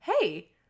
hey